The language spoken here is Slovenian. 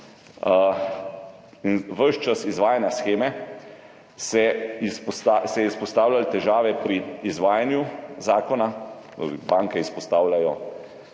Ves čas izvajanja sheme se izpostavljajo težave pri izvajanju zakona. Banke izpostavljajo